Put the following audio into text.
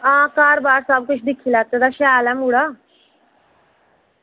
आं घर बाहर शैल दिक्खी लैते दा मुड़ा